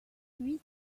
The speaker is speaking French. huit